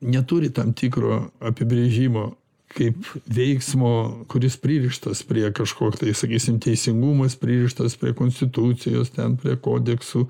neturi tam tikro apibrėžimo kaip veiksmo kuris pririštas prie kažko tai sakysim teisingumas pririštas prie konstitucijos ten prie kodeksų